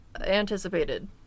anticipated